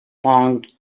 longed